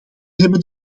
hebben